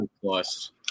Plus